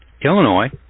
Illinois